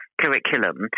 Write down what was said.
Curriculum